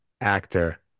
actor